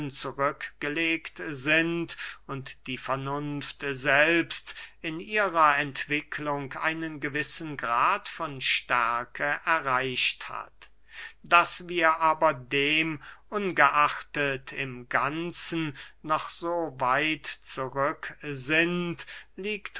zurückgelegt sind und die vernunft selbst in ihrer entwicklung einen gewissen grad von stärke erreicht hat daß wir aber demungeachtet im ganzen noch so weit zurück sind liegt